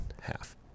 half